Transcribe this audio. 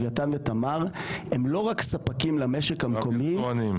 לווייתן ותמר הם לא רק ספקים למשק המקומי,